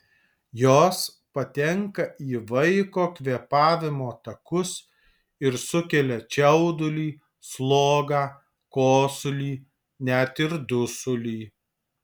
jos patenka į vaiko kvėpavimo takus ir sukelia čiaudulį slogą kosulį net ir dusulį